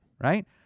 Right